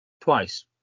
Twice